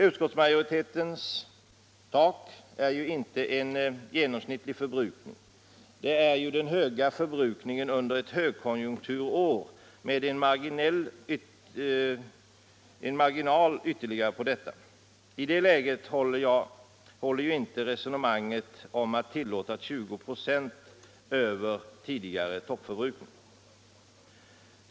Utskottsmajoritetens tak är ju inte en genomsnittlig förbrukning; det motsvarar den höga förbrukningen under ett högkonjunkturår med en marginal ytterligare på detta. I det läget håller inte resonemanget om att tillåta 20 96 över tidigare toppförbrukning.